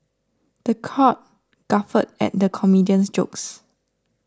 the crowd guffawed at the comedian's jokes